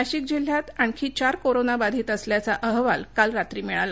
नाशिक जिल्ह्यात आणखी चार कोरोना बाधीत असल्याचा अहवाल काल रात्री मिळाला